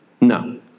no